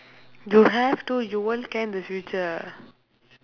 you have to you won't care in the future